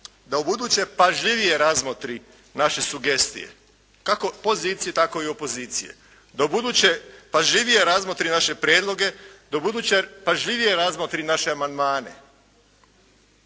da ubuduće pažljivije razmotri naše sugestije kako pozicije tako i opozicije, da ubuduće pažljivije razmotri naše prijedloge, da ubuduće pažljivije razmotri naše amandmane